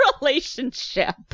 relationship